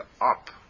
up